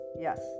yes